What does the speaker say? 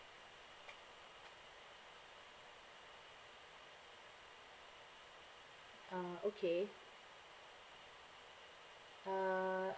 uh okay uh